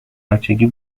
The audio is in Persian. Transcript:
بچگی